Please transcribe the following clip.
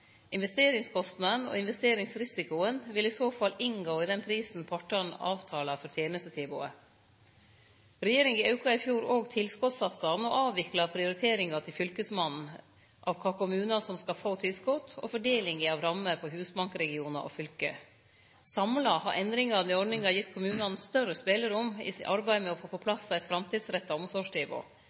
og investeringsrisikoen vil i så fall inngå i den prisen partane avtaler for tenestetilbodet. Regjeringa auka i fjor òg tilskotssatsane og avvikla prioriteringa til fylkesmennene av kva kommunar som skal få tilskot, og fordelinga av rammer på husbankregionar og fylke. Samla har endringane i ordninga gitt kommunane større spelerom i arbeidet med å få på plass eit framtidsretta